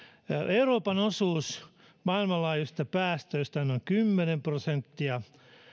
euroopan osuus maailmanlaajuisista päästöistä on noin kymmenen prosenttia